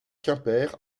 quimper